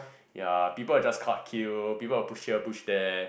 ya people will just cut queue people will just push here push there